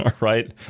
right